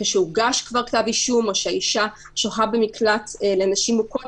כשהוגש כבר כתב אישום או כשהאישה שוהה במקלט לנשים מוכות,